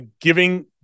giving